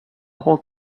whole